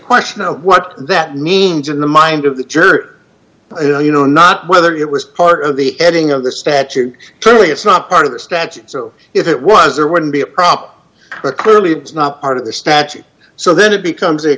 question of what that means in the mind of the jury you know not whether it was part of the ending of the statute clearly it's not part of the statute so if it was there wouldn't be a problem but clearly it's not part of the statute so then it becomes